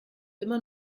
immer